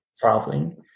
traveling